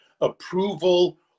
Approval